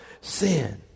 Sin